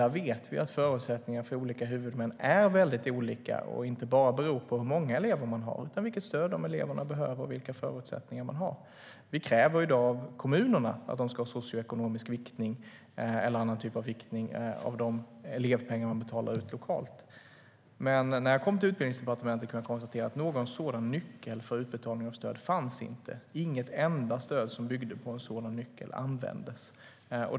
Där vet vi att förutsättningarna för olika huvudmän är väldigt olika och inte bara beror på hur många elever man har utan också på vilket stöd eleverna behöver och vilka förutsättningar man har. Vi kräver i dag av kommunerna att de ska ha en socioekonomisk viktning eller annan typ av viktning av de elevpengar som betalas ut lokalt. Men när jag kom till Utbildningsdepartementet kunde jag konstatera att någon sådan nyckel för utbetalning av stöd inte fanns. Inget enda stöd som byggde på en sådan nyckel användes.